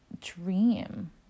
dream